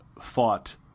fought